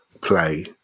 play